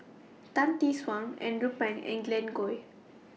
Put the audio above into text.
Tan Tee Suan Andrew Phang and Glen Goei